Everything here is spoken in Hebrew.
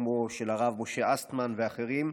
כמו של הרב משה אסטמן ואחרים,